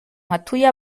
hatuye